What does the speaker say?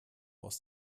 aus